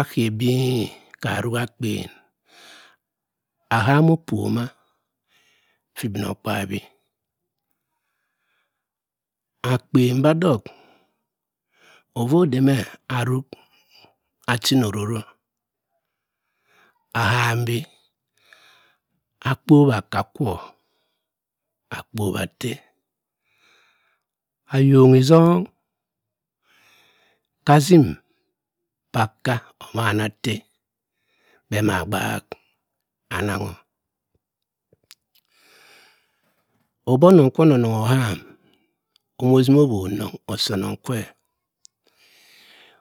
aket bi ng ka aruk akpen ahama odam da aket bi ng ka aruk akpen ahama opoma ti ibinokpabi akpen mba dohk ovo ode me aruk achina ororo ahambi akpowa aka kwor, akpowa atte ayongi izong ka azim pa aka omana offe bhe ama agbaak obi onong kwa oni onong oham omo ozima awon-nong osi anong pe.